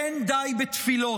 אין די בתפילות,